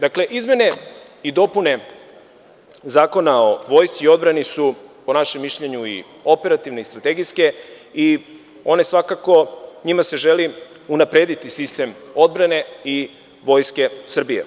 Dakle, izmene i dopune Zakona o Vojsci i odbrani su po našem mišljenju operativne i strategijske i njima se svakako želi unaprediti sistem odbrane i Vojske Srbije.